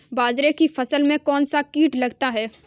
बाजरे की फसल में कौन सा कीट लगता है?